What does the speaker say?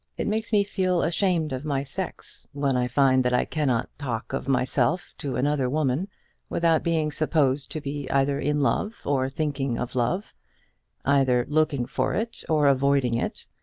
it makes me feel ashamed of my sex, when i find that i cannot talk of myself to another woman without being supposed to be either in love or thinking of love either looking for it or avoiding it.